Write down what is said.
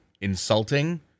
insulting